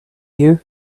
you